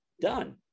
done